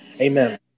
amen